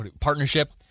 partnership